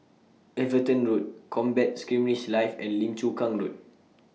Everton Road Combat Skirmish Live and Lim Chu Kang Road